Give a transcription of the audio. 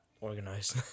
organized